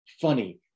funny